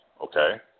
Okay